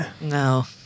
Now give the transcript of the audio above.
No